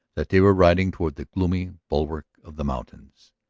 that they were riding toward the gloomy bulwark of the mountains.